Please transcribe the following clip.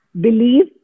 believe